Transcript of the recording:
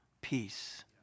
peace